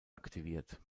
aktiviert